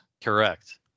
Correct